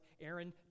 Aaron